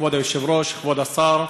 כבוד היושב-ראש, כבוד השר,